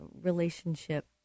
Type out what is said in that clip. relationship